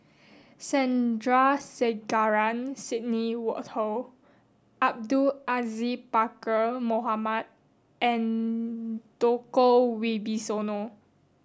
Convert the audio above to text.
Sandrasegaran Sidney Woodhull Abdul Aziz Pakkeer Mohamed and Djoko Wibisono